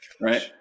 right